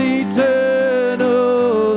eternal